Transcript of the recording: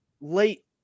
late